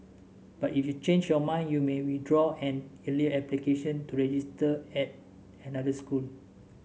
but if you change your mind you may withdraw an earlier application to register at another school